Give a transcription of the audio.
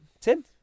Tim